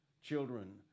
children